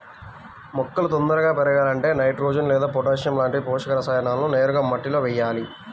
మొక్కలు తొందరగా పెరగాలంటే నైట్రోజెన్ లేదా పొటాషియం లాంటి పోషక రసాయనాలను నేరుగా మట్టిలో వెయ్యాలి